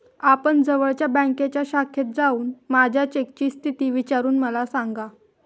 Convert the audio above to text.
आपण जवळच्या बँकेच्या शाखेत जाऊन माझ्या चेकची स्थिती विचारून मला सांगा